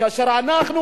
כאשר אנחנו,